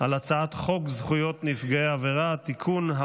על הצעת חוק זכויות נפגעי עבירה )תיקון,